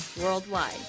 worldwide